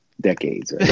decades